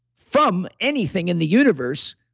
from anything in the universe.